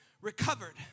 recovered